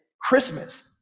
Christmas